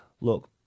Look